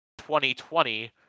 2020